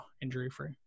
injury-free